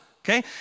okay